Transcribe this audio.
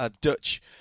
Dutch